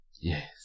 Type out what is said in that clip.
Yes